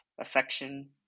affection